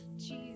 Jesus